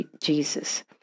jesus